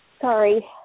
Sorry